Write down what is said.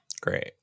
Great